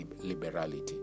liberality